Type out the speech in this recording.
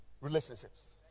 relationships